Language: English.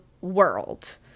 world